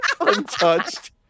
untouched